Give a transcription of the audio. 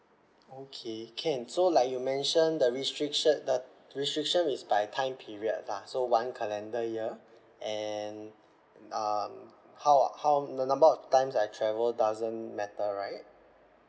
okay can so like you mentioned the restriction the restriction is by time period lah so one calendar year and um how how the number of times I travel doesn't matter right